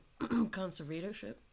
conservatorship